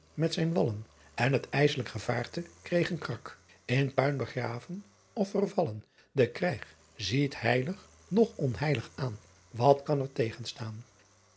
met zijn wallen n t ysselijck gevaerte kreegh een krack n puin begraven of vervallen e krijgh ziet heiligh noch onheiligh aen at kan er tegen